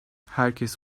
herkes